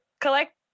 collect